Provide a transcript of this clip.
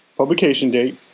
publication date,